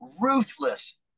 ruthless